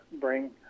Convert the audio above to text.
bring